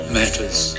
matters